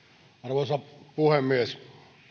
arvoisa puhemies